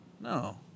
No